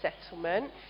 settlement